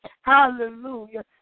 hallelujah